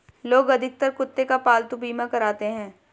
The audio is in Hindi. लोग अधिकतर कुत्ते का पालतू बीमा कराते हैं